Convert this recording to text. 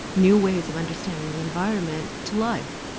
new ways of understanding the environment to life